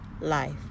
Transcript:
life